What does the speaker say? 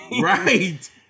Right